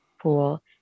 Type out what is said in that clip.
pool